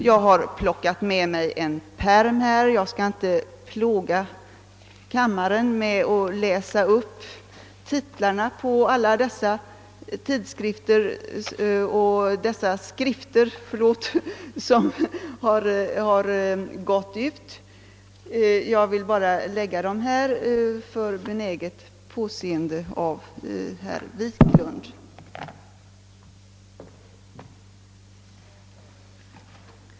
Jag har plockat med mig en pärm med alla de skrifter som har gått ut — jag skall inte plåga kammaren med att läsa upp titlarna på dem alla. Jag vill bara lägga fram den för benäget påseende av herr Wiklund.